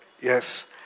yes